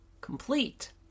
complete